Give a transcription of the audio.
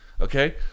Okay